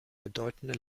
bedeutende